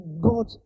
God